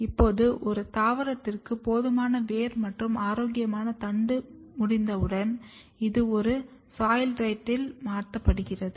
இப்போது இத தாவரத்திற்கு போதுமான வேர் மற்றும் ஆரோக்கியமான தண்டு முடிந்தவுடன் இது ஒரு சாயில்ரைட்டில் மாற்றப்படுகிறது